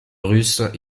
russe